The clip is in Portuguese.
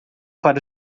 para